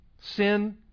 sin